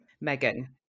Megan